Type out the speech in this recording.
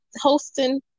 hosting